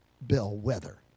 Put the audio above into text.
bellwether